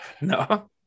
No